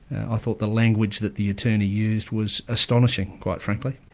i thought the language that the attorney used was astonishing, quite frankly.